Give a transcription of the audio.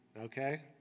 okay